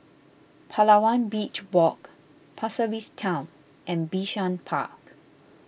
Palawan Beach Walk Pasir Ris Town and Bishan Park